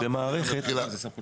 כמו